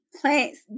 Plants